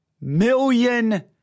million